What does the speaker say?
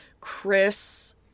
chris